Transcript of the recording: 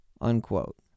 unquote